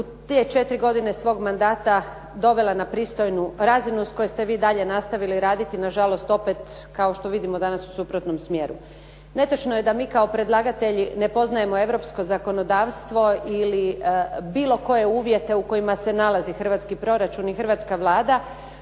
u te četiri godine svog mandata dovela na pristojnu razinu s koje ste vi dalje nastavili raditi. Na žalost opet kao što vidimo danas u suprotnom smjeru. Netočno je da mi kao predlagatelji ne poznajemo europsko zakonodavstvo ili bilo koje uvjete u kojima se nalazi hrvatski proračun i hrvatska Vlada.